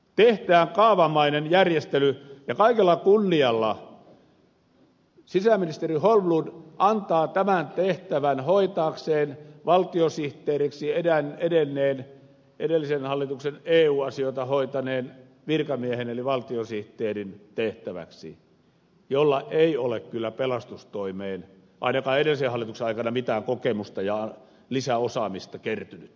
tehdään kaavamainen järjestely ja kaikella kunnialla sisäasiainministeri holmlund antaa tämän tehtävän hoitaakseen valtiosihteeriksi edenneelle edellisen hallituksen eu asioita hoitaneelle virkamiehelle jolla ei ole kyllä pelastustoimesta ainakaan edellisen hallituksen aikana mitään kokemusta ja lisäosaamista kertynyt